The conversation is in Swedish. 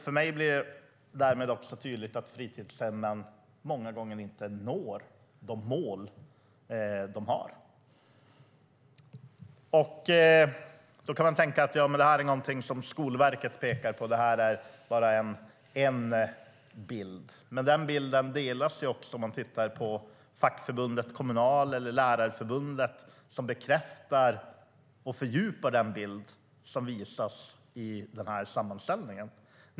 För mig blir det därmed tydligt att fritidshemmen många gånger inte når de mål de har. Då kanske man tänker att detta är något som Skolverket pekar på och att det bara är en bild. Men den bilden delas också av fackförbundet Kommunal och av Lärarförbundet, som bekräftar och fördjupar den bild som visas i sammanställningen.